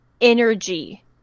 energy